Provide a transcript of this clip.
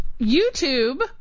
YouTube